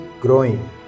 Growing